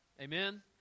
Amen